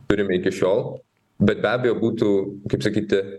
turime iki šiol bet be abejo būtų kaip sakyti